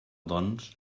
doncs